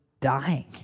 dying